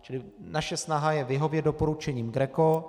Čili naše snaha je vyhovět doporučení GRECO.